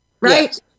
right